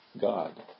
God